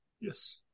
Yes